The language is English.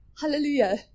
hallelujah